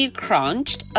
crunched